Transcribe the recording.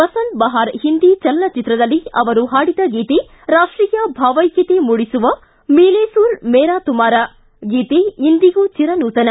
ಬಸಂತ್ ಬಹಾರ್ ಹಿಂದಿ ಚಲನಚಿತ್ರದಲ್ಲಿ ಅವರು ಹಾಡಿದ ಗೀತೆ ರಾಷ್ಟೀಯ ಭಾವೈಕ್ಕತೆ ಮೂಡಿಸುವ ಮಿಲೆ ಸುರ್ ಮೇರಾ ತುಮ್ಹಾರಾ ಗೀತೆ ಇಂದಿಗೂ ಚಿರ ನೂತನ